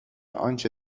آنچه